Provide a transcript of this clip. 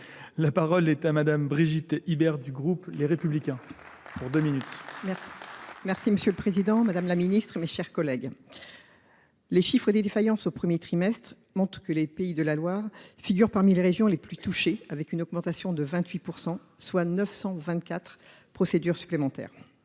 La parole est à madame Brigitte Hibert du groupe Les Républicains pour deux minutes. Merci Merci Monsieur le Président, Madame la Ministre et mes chers collègues. Les chiffres et des défaillances au premier trimestre montrent que les pays de la Loire figurent parmi les régions les plus touchées avec une augmentation de 28%, soit 924 procédures supplémentaires.